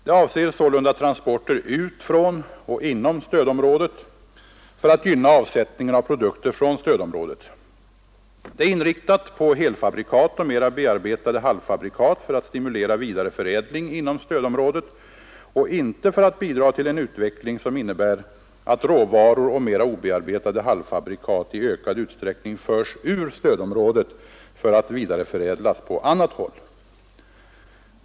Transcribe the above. Det avser sålunda transporter ut från och inom stödområdet för att gynna avsättningen av produkter från stödområdet. Det är inriktat på helfabrikat och mera bearbetade halvfabrikat för att stimulera vidareförädling inom stödområdet och inte för att bidra till en utveckling som innebär att råvaror och mera obearbetade halvfabrikat i ökad utsträckning förs ur stödområdet för att vidareförädlas på annat håll.